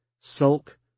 sulk